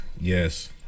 Yes